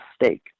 mistake